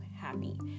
happy